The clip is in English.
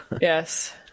Yes